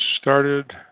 started